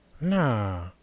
Nah